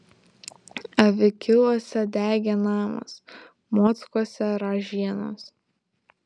avikiluose degė namas mockuose ražienos